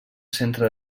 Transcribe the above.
centre